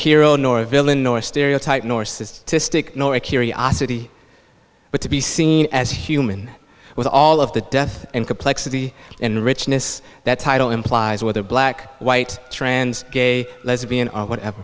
hero nor a villain nor a stereotype nor to stick nor a curiosity but to be seen as human with all of the death and complexity and richness that title implies whether black white trans gay lesbian or whatever